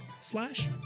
slash